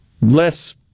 less